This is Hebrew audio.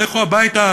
לכו הביתה,